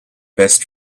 best